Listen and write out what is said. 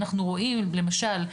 אנחנו רואים למשל,